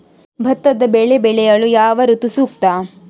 ಭತ್ತದ ಬೆಳೆ ಬೆಳೆಯಲು ಯಾವ ಋತು ಸೂಕ್ತ?